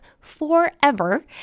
forever